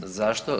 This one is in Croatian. Zašto?